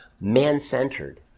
man-centered